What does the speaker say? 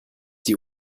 die